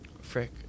Frick